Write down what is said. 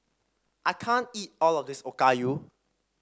I can't eat all of this Okayu